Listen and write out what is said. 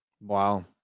Wow